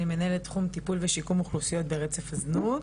אני מנהלת תחום טיפול ושיקום אוכלוסיות ברצף הזנות.